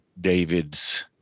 David's